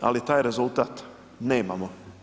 ali taj rezultat nemamo.